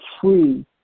free